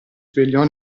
svegliò